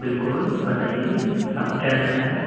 بالکل بتائیے جی آپ کو کیا جاننا ہے